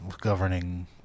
governing